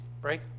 Break